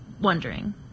wondering